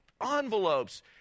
envelopes